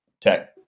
Tech